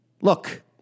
Look